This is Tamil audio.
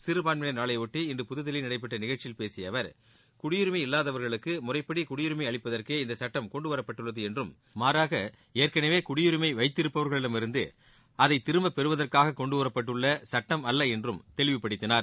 சிறபான்மையினர் நாளையொட்டி இன்று புதுதில்லியில் நடைபெற்ற நிகழ்ச்சியில் பேசிய அவர் குடியுரிமை இல்லாதவர்களுக்கு முறைப்படி குடியுரிமை அளிப்பதற்கே இந்த சுட்டம் கொண்டு வரப்பட்டுள்ளது என்றும் மாறாக ஏற்கனவே குடியுரிமை வைத்திருப்பர்களிம் இருந்து அதை திருப்ப பெறுவதற்காக கொண்டுவரப்பட்டுள்ள சட்டம் அல்ல என்றும் தெளிவுபடுத்தினார்